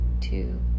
two